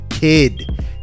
kid